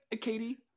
Katie